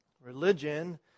Religion